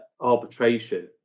arbitration